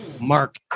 mark